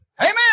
Amen